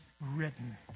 written